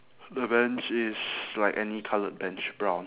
the bench is like any coloured bench brown